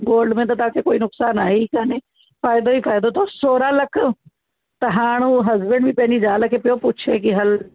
gold में त तव्हां खे कोई नुक़सान आहे ई कोन्हे फ़ाइदो ई फ़ाइदो अथव सोरहं लख त हाणे हू हसबैंड बि पंहिंजी ज़ाल खे पियो पुछे कि हल